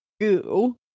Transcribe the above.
goo